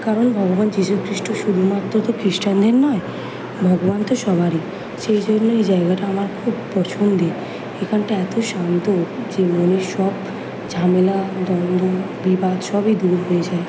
কারণ ভগবান যিশু খ্রিস্ট শুধুমাত্র তো খ্রিস্টানদের নয় ভগবান তো সবারই সেই জন্যই জায়গাটা আমার খুব পছন্দের এখানটা এত শান্ত যে মনের সব ঝামেলা দ্বন্দ্ব বিবাদ সবই দূর হয়ে যায়